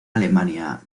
alemania